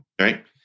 Right